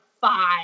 five